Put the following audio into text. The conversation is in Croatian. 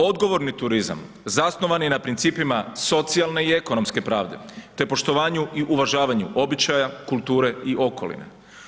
Odgovorni turizam zasnovan je na principima socijalne i ekonomske pravde, te poštovanju i uvažavanju običaja, kulture i okoline.